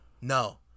No